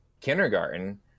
kindergarten